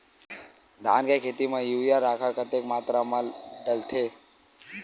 धान के खेती म यूरिया राखर कतेक मात्रा म डलथे?